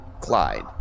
Clyde